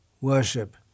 worship